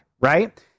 right